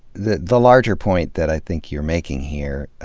the the larger point that i think you're making here